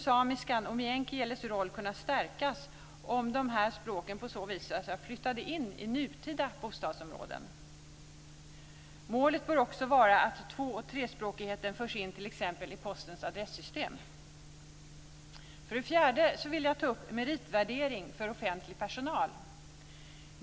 Samiskans och meänkielins roll skulle kunna stärkas om dessa språk på så vis fick flytta in i nutida bostadsområden. Målet bör också vara att två och trespråkigheten förs in i t.ex. postens adressystem. För det fjärde vill jag ta upp meritvärdering för offentlig personal.